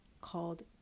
called